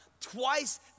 Twice